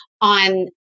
on